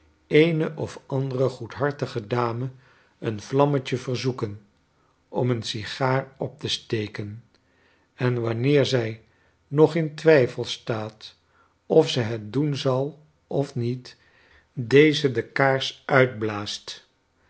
ennederig eeneof andere goedhartige dame een vlammetje verzoeken om eene sigaar op te steken en wanneer zij nog in twijfel staat of ze het doen zal of niet deze de kaars uitblaast